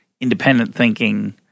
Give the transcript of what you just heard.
independent-thinking